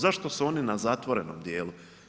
Zašto su oni na zatvorenom dijelu?